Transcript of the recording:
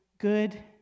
Good